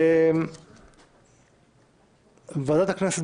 ועדת הכנסת,